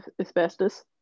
Asbestos